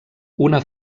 una